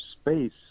space